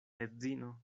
edzino